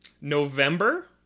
November